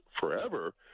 forever